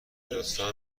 لطفا